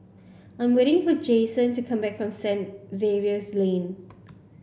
I'm waiting for Jason to come back from Saint Xavier's Lane